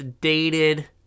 dated